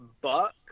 buck